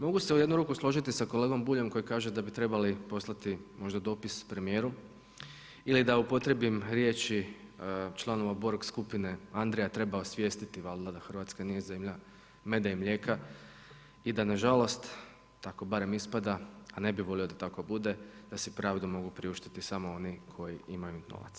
Mogu se u jednu ruku složiti sa kolegom Buljom koji kaže da bi trebali poslati možda dopis premijeru ili da upotrijebim riječi članova Borg skupine, Andreja treba osvijestiti valda da Hrvatska nije zemlja meda i mlijeka i da nažalost, tako barem ispada, a ne bi volio da tako bude, da si pravdu mogu priuštiti samo oni koji imaju novaca.